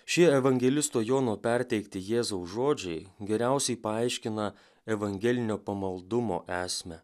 šie evangelisto jono perteikti jėzaus žodžiai geriausiai paaiškina evangelinio pamaldumo esmę